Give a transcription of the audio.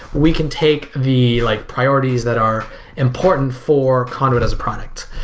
we can take the like priorities that are important for conduit as a product.